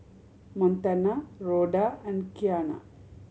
Montana Rhoda and Qiana